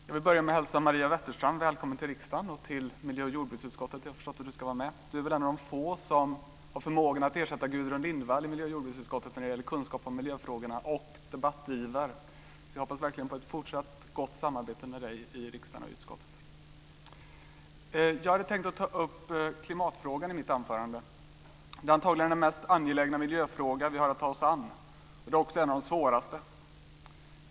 Fru talman! Jag vill börja med att hälsa Maria Wetterstrand välkommen till riksdagen och till miljöoch jordbruksutskottet, som jag har förstått att hon ska vara med i. Hon är väl en av de få som har förutsättningar att ersätta Gudrun Lindvall i miljö och jordbruksutskottet när det gäller kunskap om miljöfrågorna och debattiver. Jag hoppas verkligen på ett gott samarbete med Maria Wetterstrand i kammaren och i utskottet. Jag har i mitt anförande tänkt ta upp klimatfrågan. Det är antagligen den mest angelägna miljöfråga som vi har att ta oss an men också en av de svåraste.